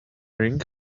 ring